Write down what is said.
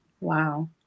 Wow